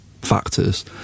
factors